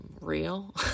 real